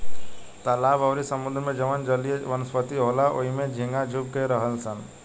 तालाब अउरी समुंद्र में जवन जलीय वनस्पति होला ओइमे झींगा छुप के रहेलसन